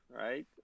right